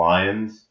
Lions